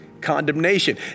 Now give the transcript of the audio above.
condemnation